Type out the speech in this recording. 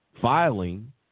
filing